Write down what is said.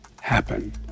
happen